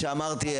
כפי שאמרתי,